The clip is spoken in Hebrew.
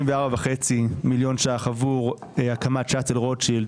94.5 מיליון ₪ עבור הקמת- -- רוטשילד